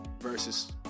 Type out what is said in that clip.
versus